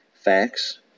Facts